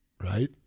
right